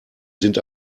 sind